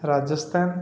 Rajasthan